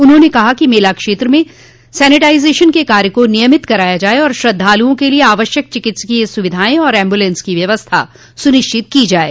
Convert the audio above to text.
उन्होंने कहा कि मेला क्षेत्र में सैनिटाइजेशन के कार्य को नियमित कराया जाये और श्रद्वालुओं के लिये आवश्यक चिकित्सीय सुविधाएं और ऐम्बुलेंस की व्यवस्था सुनिश्चित की जानी चाहिये